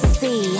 see